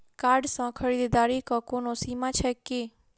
Card सँ खरीददारीक कोनो सीमा छैक की?